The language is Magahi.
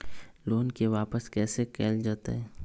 लोन के वापस कैसे कैल जतय?